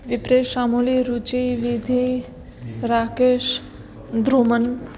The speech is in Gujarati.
વિપ્રેશ સામૂલી રુચિ વિધિ રાકેશ ધ્રુમન